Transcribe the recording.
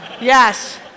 yes